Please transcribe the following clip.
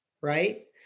right